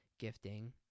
gifting